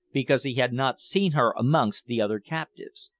because he had not seen her amongst the other captives.